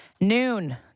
noon